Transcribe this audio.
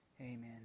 Amen